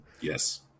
Yes